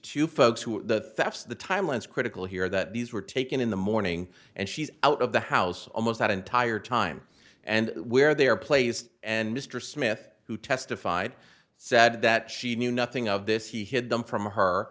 two folks who are the facts the timeline is critical here that these were taken in the morning and she's out of the house almost that entire time and where they are placed and mr smith who testified said that she knew nothing of this he hid them from her